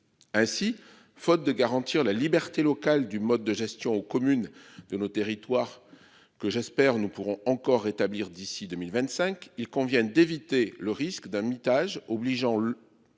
Ainsi, faute de garantir la liberté locale du mode de gestion aux communes de nos territoires que j'espère nous pourrons encore établir d'ici 2025. Il convient d'éviter le risque d'un mitage obligeant